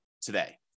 today